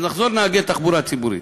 אז נחזור לנהגי התחבורה הציבורית,